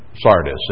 Sardis